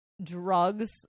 Drugs